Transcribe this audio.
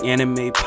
Anime